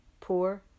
poor